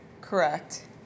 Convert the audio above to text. Correct